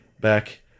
back